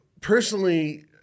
personally